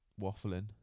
waffling